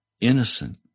innocent